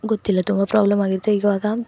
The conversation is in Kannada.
ಗೊತ್ತಿಲ್ಲ ತುಂಬ ಪ್ರಾಬ್ಲಮ್ ಆಗಿರತ್ತೆ ಇವಾಗ